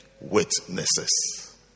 witnesses